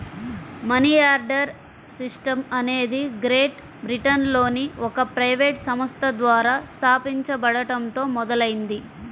money order system అనేది great బ్రిటన్లోని ఒక ప్రైవేట్ సంస్థ ద్వారా స్థాపించబడటంతో మొదలైంది